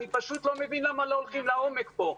אני פשוט לא מבין למה לא הולכים לעומק פה.